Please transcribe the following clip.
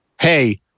hey